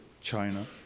China